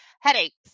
headaches